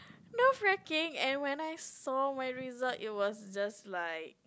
nerve wrecking and when I saw my result it was just like